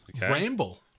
Ramble